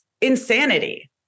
insanity